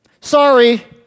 Sorry